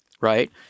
right